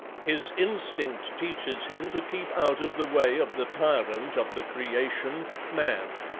his instinct teaches him to keep out of the way of the tyrant of the creation, man,